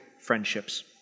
friendships